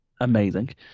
amazing